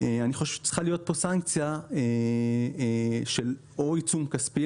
אני חושב שצריכה להיות כאן סנקציה או של עיצום כספי,